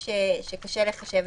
אז נתקן את